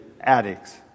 addicts